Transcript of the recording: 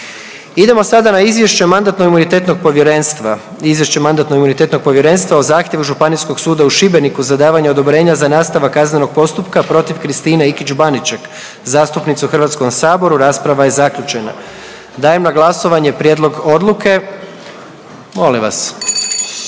povjerenstva. Izvješće Mandatno-imunitetnog povjerenstva o zahtjevu Županijskog suda u Šibeniku za davanje odobrenja za nastavak kaznenog postupka protiv Kristine Ikić-Baniček, zastupnice u Hrvatskom saboru. Rasprava je zaključena. Dajem na glasovanje prijedlog odluke. Molim vas! Za vrijeme